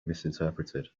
misinterpreted